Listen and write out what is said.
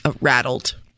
rattled